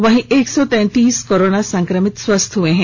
वहीं एक सौ तैतीस कोरोना संक्रमित स्वस्थ हो गए हैं